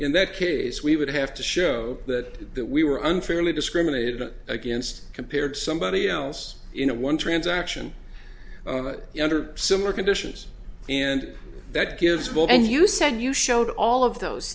in that case we would have to show that that we were unfairly discriminated against compared somebody else you know one transaction under similar conditions and that gives well and you said you showed all of those